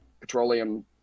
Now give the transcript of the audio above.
petroleum